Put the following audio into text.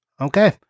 Okay